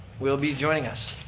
will be joining us.